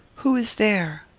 who is there?